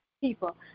people